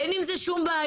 אין עם זה שום בעיה.